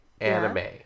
anime